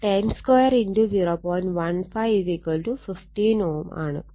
15 15 Ω ആണ്